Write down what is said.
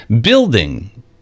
Building